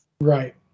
Right